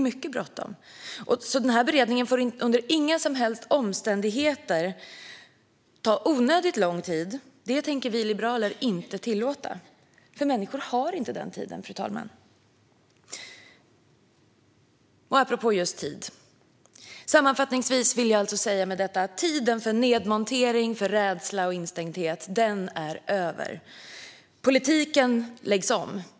Denna beredning får därför under inga som helst omständigheter ta onödigt lång tid. Det tänker vi liberaler inte tillåta. Människor har inte den tiden. Apropå just tid vill jag sammanfattningsvis säga att tiden för nedmontering, rädsla och instängdhet är över. Politiken läggs om.